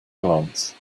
glance